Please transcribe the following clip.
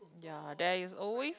ya there is always